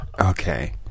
Okay